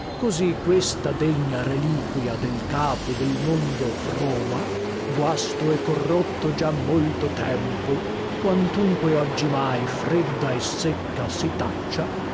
così questa degna reliquia del capo del mondo roma guasto e corrotto già molto tempo quantunque oggimai fredda e secca